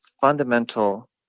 fundamental